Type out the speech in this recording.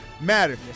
matter